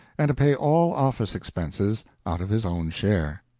and to pay all office expenses out of his own share.